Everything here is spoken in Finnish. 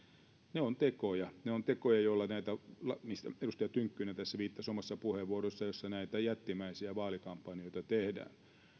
ne ovat tekoja ne ovat tekoja edustaja tynkkynen viittasi näihin omassa puheenvuorossaan joilla jättimäisiä vaalikampanjoita tehdään